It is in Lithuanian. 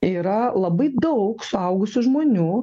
yra labai daug suaugusių žmonių